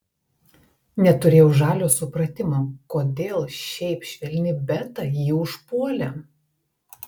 neturėjau žalio supratimo kodėl šiaip švelni beta jį užpuolė